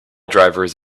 drivers